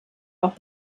auch